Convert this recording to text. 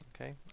Okay